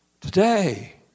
Today